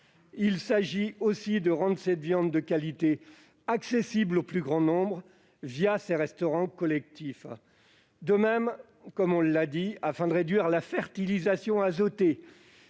Il s'agit également de rendre cette viande de qualité accessible au plus grand nombre, ces restaurants collectifs. De même, afin de réduire la fertilisation azotée